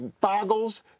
boggles